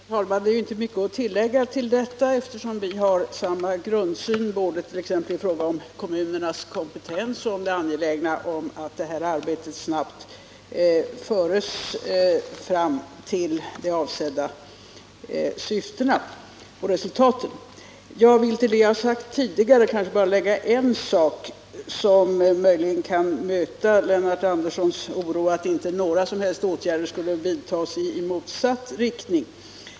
Herr talman! Det är inte mycket att tillägga, eftersom vi har samma grundsyn i fråga om både kommunernas kompetens och om det angelägna i att det här arbetet snabbt förs fram till de avsedda resultaten. Jag vill utöver vad jag sagt tidigare egentligen bara nämna en sak för att möjligen stilla Lennart Anderssons oro att några som helst åtgärder skulle vidtas i motsatt riktning.